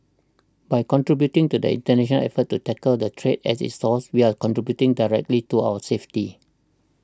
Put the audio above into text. by contributing to the international effort to tackle the threat at its source we are contributing directly to our safety